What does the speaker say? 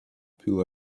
pull